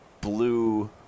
blue